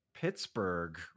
Pittsburgh